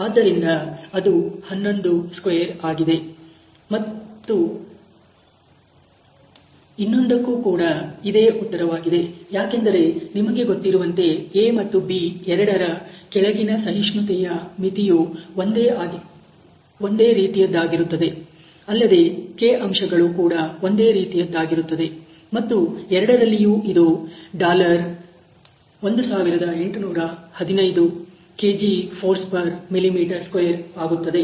ಆದ್ದರಿಂದ ಅದು 112ಆಗಿದೆ ಮತ್ತು ಇನ್ನೊಂದಕ್ಕು ಕೂಡ ಇದೇ ಉತ್ತರವಾಗಿದೆ ಯಾಕೆಂದರೆ ನಿಮಗೆ ಗೊತ್ತಿರುವಂತೆ A ಮತ್ತು B ಎರಡರ ಕೆಳಗಿನ ಸಹಿಷ್ಣುತೆಯ ಮಿತಿಯು ಒಂದೇ ರೀತಿಯದ್ದಾಗಿರುತ್ತದೆ ಅಲ್ಲದೆ k ಅಂಶಗಳು ಕೂಡ ಒಂದೇ ರೀತಿಯದ್ದಾಗಿರುತ್ತದೆ ಮತ್ತು ಎರಡರಲ್ಲಿಯೂ ಇದು 1815 kgf mm2 ಆಗುತ್ತದೆ